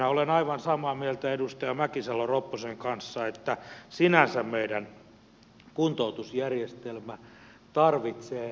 olen aivan samaa mieltä edustaja mäkisalo ropposen kanssa että sinänsä meidän kuntoutusjärjestelmä tarvitsee remontin